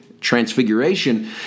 Transfiguration